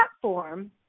platform